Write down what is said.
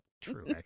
true